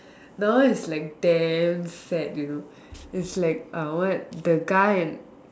that one is like damn sad you know is like uh what the guy and